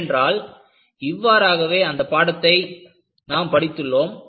ஏனென்றால் இவ்வாறாகவே அந்த பாடத்தை நாம் படித்துள்ளோம்